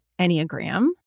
Enneagram